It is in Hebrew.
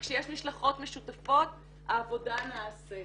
וכשיש משלחות משותפות העבודה נעשית.